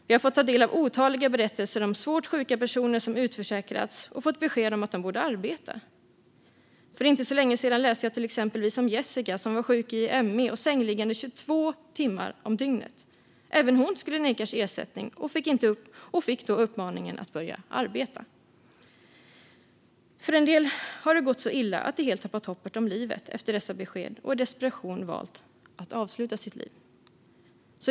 Vi har fått ta del av otaliga berättelser om svårt sjuka personer som utförsäkrats och fått beskedet att de borde arbeta. För inte länge sedan läste jag exempelvis om Jessica som var sjuk i ME och var sängliggande i 22 timmar om dygnet. Även hon skulle nekas ersättning och fick uppmaningen att börja arbeta. För en del har det gått så illa att de efter dessa besked helt har tappat hoppet och i desperation valt att avsluta sitt liv.